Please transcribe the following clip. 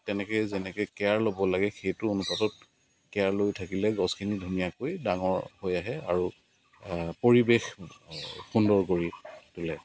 তেনেকৈ যেনেকৈ কেয়াৰ ল'ব লাগে সেইটো অনুপাতত কেয়াৰ লৈ থাকিলে গছখিনি ধুনীয়াকৈ ডাঙৰ হৈ আহে আৰু পৰিৱেশ সুন্দৰ কৰি তোলে